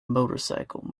motorcycle